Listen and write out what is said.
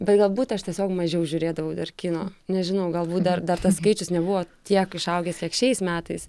bet galbūt aš tiesiog mažiau žiūrėdavau dar kino nežinau galbūt dar dar tas skaičius nebuvo tiek išaugęs tiek šiais metais